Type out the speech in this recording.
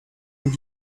not